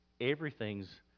everything's